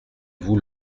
vous